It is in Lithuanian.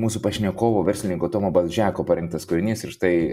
mūsų pašnekovo verslininko tomo balžeko parinktas kūrinys ir štai